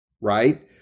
right